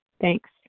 thanks